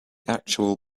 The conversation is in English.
actual